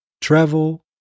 travel